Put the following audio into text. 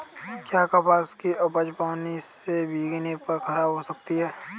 क्या कपास की उपज पानी से भीगने पर खराब हो सकती है?